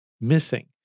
missing